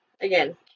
again